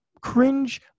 cringe